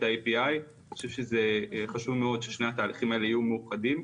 ה-api אני חושב שזה חשוב מאוד ששני התהליכים האלה יהיו מאוחדים.